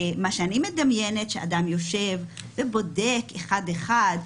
מה שאני מדמיינת שאדם יושב ובודק אחד-אחד,